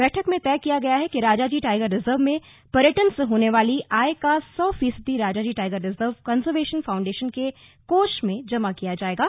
बैठक में तय किया गया कि राजाजी टाइगर रिज़र्व में पर्यटन से होने वाली आय का सौ फीसदी Rajaji tiger reserve conservation foundation के कोष में जमा किया जाएगा